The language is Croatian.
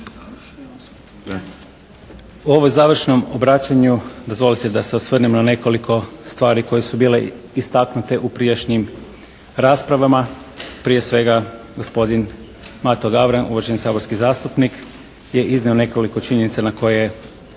U ovom završnom obraćanju dozvolite da se osvrnemo na nekoliko stvari koje su bile istaknute u prijašnjim raspravama. Prije svega gospodin Mato Gavran, uvaženi saborski zastupnik je iznio nekoliko činjenica na koje